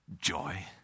joy